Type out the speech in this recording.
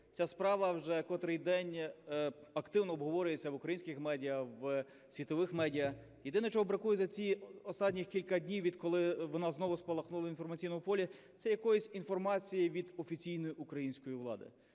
Ця справа вже котрий день активно обговорюється в українських медіа, у світових медіа. Єдине, чого бракує за ці останні кілька днів, відколи вона знову спалахнула в інформаційному полі, це якоїсь інформації від офіційної української влади.